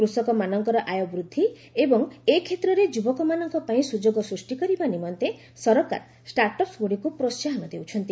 କୃଷକମାନଙ୍କର ଆୟ ବୃଦ୍ଧି ଏବଂ ଏ କ୍ଷେତ୍ରରେ ଯୁବକମାନଙ୍କ ପାଇଁ ସୁଯୋଗ ସୃଷ୍ଟି କରିବା ନିମନ୍ତେ ସରକାର ଷ୍ଟାର୍ଟଅପ୍ସଗୁଡ଼ିକୁ ପ୍ରୋହାହନ ଦେଉଛନ୍ତି